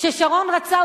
כששרון רצה,